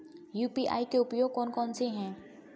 UPI के उपयोग कौन कौन से हैं?